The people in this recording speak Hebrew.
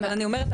אבל אני אומרת,